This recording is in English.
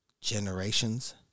generations